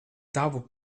tavu